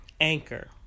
Anchor